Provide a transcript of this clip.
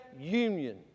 union